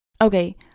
okay